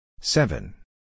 Seven